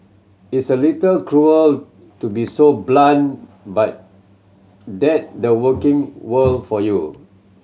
it's a little cruel to be so blunt but that the working world for you